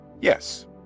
Yes